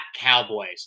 Cowboys